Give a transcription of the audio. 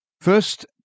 First